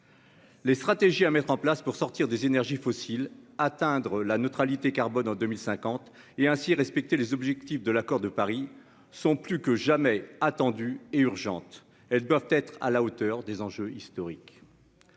Les stratégies à mettre en place pour sortir des énergies fossiles, atteindre la neutralité carbone en 2050 et ainsi respecter les objectifs de l'accord de Paris sont plus que jamais attendu et urgente, elles doivent être à la hauteur des enjeux historiques.